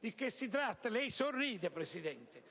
Di che si tratta? Lei sorride, Presidente.